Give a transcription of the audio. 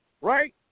Right